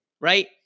right